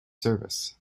service